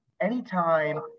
Anytime